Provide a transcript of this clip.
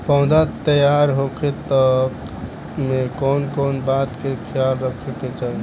पौधा तैयार होखे तक मे कउन कउन बात के ख्याल रखे के चाही?